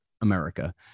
America